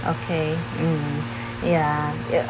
okay mm ya ya